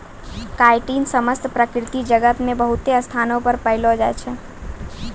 chitin समस्त प्रकृति जगत मे बहुते स्थानो पर पैलो जाय छै